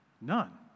None